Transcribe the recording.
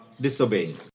disobeying